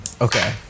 Okay